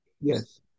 Yes